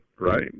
right